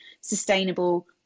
sustainable